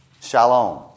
shalom